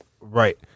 Right